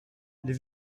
les